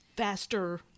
faster